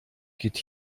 geht